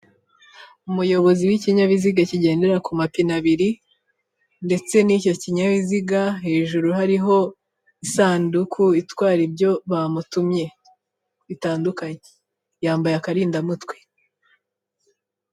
Umuyobozi w'ikinyabiziga kigendera ku mapine abindetse n'icyo kinyabiziga hejuru hariho isanduku itwara ibyo bamutumye bitandukanye, yambaye akarinda mutwe.